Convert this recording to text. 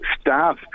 staff